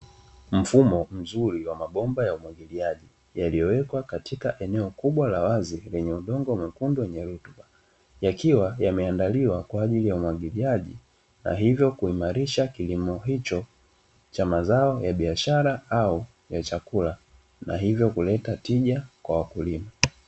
Mfumo mzuri wa mabomba ya umwagiliaji yaliyowekwa katika eneo kubwa la wazi lenye udongo mwekundu wenye rutuba, yakiwa yameandaliwa kwajili ya umwagiliaji na hivyo kuimarisha kilimo hicho cha mazao ya biashara au ya chakula na hivyo kuleta tija kwa wakulima.